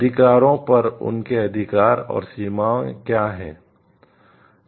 अधिकारों पर उनके अधिकार और सीमाएँ क्या हैं